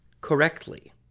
correctly